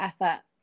effort